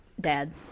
dad